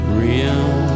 real